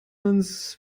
uns